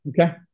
Okay